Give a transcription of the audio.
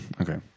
Okay